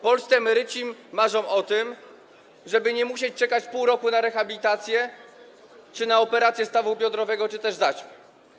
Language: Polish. Polscy emeryci marzą o tym, żeby nie musieli czekać pół roku na rehabilitację, na operację stawu biodrowego czy też zaćmy.